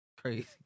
crazy